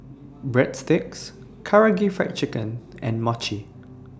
Breadsticks Karaage Fried Chicken and Mochi